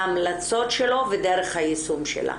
ההמלצות שלו ודרך היישום שלה,